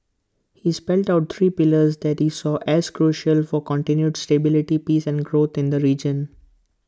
he spelt out three pillars that he saw as crucial for continued stability peace and growth in the region